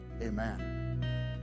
amen